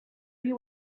you